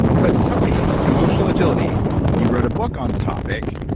but tell me emotional agility, you wrote a book on the topic.